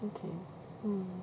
okay mm